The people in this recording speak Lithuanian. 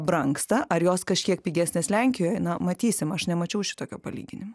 brangsta ar jos kažkiek pigesnės lenkijoj na matysim aš nemačiau šitokio palyginimo